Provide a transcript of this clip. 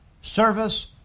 Service